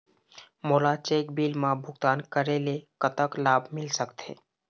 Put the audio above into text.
मोला cheque bill मा भुगतान करेले कतक लाभ मिल सकथे?